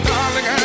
Darling